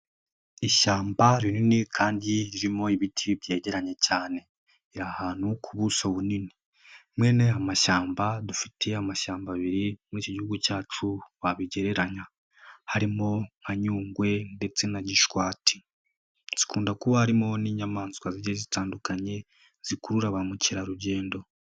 Ishyamba rinini kandi ririmo ibiti byegeranye cyane, riri ahantu ku buso bunini, mwene aya mashyamba dufiteye amashyamba abiri mu iki gihugu cyacu twabigereranya, harimo nka nyungwe ndetse na gishwati, zikunda kuba harimo n'inyamaswa ziri zitandukanye zikurura ba mukerarugendo.